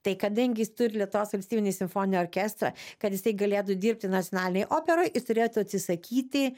tai kadangi jis turi lietuvos valstybinį simfoninį orkestrą kad jisai galėtų dirbti nacionalinėj operoj ir turėtų atsisakyti